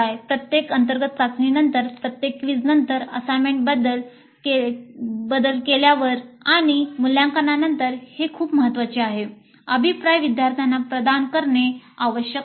प्रत्येक अंतर्गत चाचणीनंतर प्रत्येक क्विझ नंतर असाइनमेंटमध्ये बदल केल्यावर आणि मूल्यांकनानंतर हे खूप महत्वाचे आहे अभिप्राय विद्यार्थ्यांना प्रदान करणे आवश्यक आहे